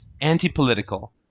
anti-political